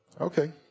Okay